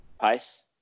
pace